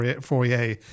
foyer